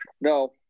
No